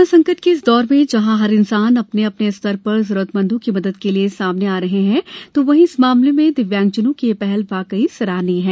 corona संकट के इस दौर में जहां हर इंसान अपने अपने स्तर पर जरुरतमंदों की मदद के लिए सामने आ रहे है तो वही इस मामले में दिव्यांगजनों की ये पहल वाकई सारहनीय है